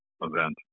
event